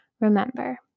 Remember